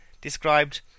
described